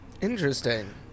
Interesting